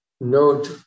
note